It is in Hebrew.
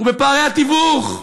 הוא בפערי התיווך,